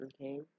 okay